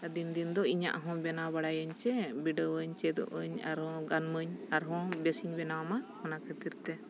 ᱟᱨ ᱫᱤᱱ ᱫᱤᱱ ᱫᱚ ᱤᱧᱟᱹᱜ ᱦᱚᱸ ᱵᱮᱱᱟᱣ ᱵᱟᱲᱟᱭᱟᱹᱧ ᱥᱮ ᱵᱤᱰᱟᱹᱣ ᱟᱹᱧ ᱪᱮᱫᱚᱜ ᱟᱹᱧ ᱟᱨᱦᱚᱸ ᱜᱟᱱ ᱢᱟᱹᱧ ᱟᱨᱦᱚᱸ ᱵᱮᱥᱤᱧ ᱵᱮᱱᱟᱣ ᱢᱟ ᱚᱱᱟ ᱠᱷᱟᱹᱛᱤᱨ ᱛᱮ